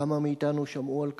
כמה מאתנו שמעו על כך?